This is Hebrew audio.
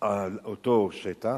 על אותו שטח,